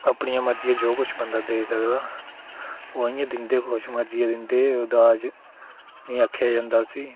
अपनी मर्जिया जे किश बंदा देई सकदा ओह् इ'यां दिंदे खुश मर्जिया दिंदे दाज निं आखेआ जंदा उसी